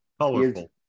colorful